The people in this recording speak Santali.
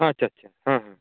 ᱟᱪᱷᱟ ᱟᱪᱷᱟ ᱦᱮᱸ ᱦᱮᱸ